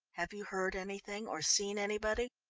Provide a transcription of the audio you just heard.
have you heard anything or seen anybody?